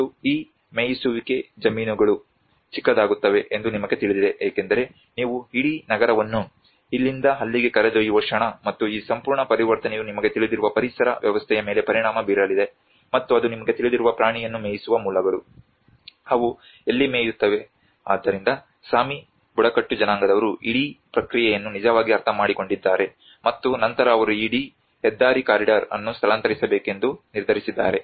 ಮತ್ತು ಈ ಮೇಯಿಸುವಿಕೆ ಜಮೀನುಗಳು ಚಿಕ್ಕದಾಗುತ್ತವೆ ಎಂದು ನಿಮಗೆ ತಿಳಿದಿದೆ ಏಕೆಂದರೆ ನೀವು ಇಡೀ ನಗರವನ್ನು ಇಲ್ಲಿಂದ ಅಲ್ಲಿಗೆ ಕರೆದೊಯ್ಯುವ ಕ್ಷಣ ಮತ್ತು ಈ ಸಂಪೂರ್ಣ ಪರಿವರ್ತನೆಯು ನಿಮಗೆ ತಿಳಿದಿರುವ ಪರಿಸರ ವ್ಯವಸ್ಥೆಯ ಮೇಲೆ ಪರಿಣಾಮ ಬೀರಲಿದೆ ಮತ್ತು ಅದು ನಿಮಗೆ ತಿಳಿದಿರುವ ಪ್ರಾಣಿಯನ್ನು ಮೇಯಿಸುವ ಮೂಲಗಳು ಅವು ಎಲ್ಲಿ ಮೇಯುತ್ತವೆ ಆದ್ದರಿಂದ ಸಾಮಿ ಬುಡಕಟ್ಟು ಜನಾಂಗದವರು ಇಡೀ ಪ್ರಕ್ರಿಯೆಯನ್ನು ನಿಜವಾಗಿ ಅರ್ಥಮಾಡಿಕೊಂಡಿದ್ದಾರೆ ಮತ್ತು ನಂತರ ಅವರು ಈ ಇಡೀ ಹೆದ್ದಾರಿ ಕಾರಿಡಾರ್ ಅನ್ನು ಸ್ಥಳಾಂತರಿಸಬೇಕೆಂದು ನಿರ್ಧರಿಸಿದ್ದಾರೆ